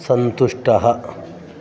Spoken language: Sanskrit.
सन्तुष्टः